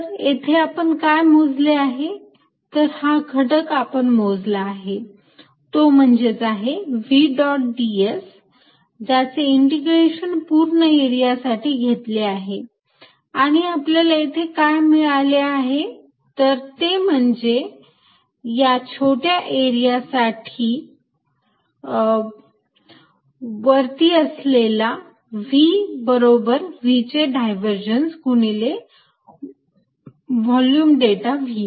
तर येथे आपण काय मोजले आहे तर हा घटक आपण मोजला आहे तो म्हणजेच आहे v डॉट ds ज्याचे इंटिग्रेशन पूर्ण एरिया साठी घेतले आहे आणि आपल्याला इथे काय मिळाले आहे तर ते म्हणजे या छोट्या एरिया साठी वरती असलेला v बरोबर आहे v चे डायव्हर्जन्स गुणिले व्हॉल्युम डेल्टा v